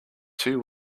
two